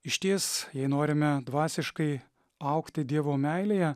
išties jei norime dvasiškai augti dievo meilėje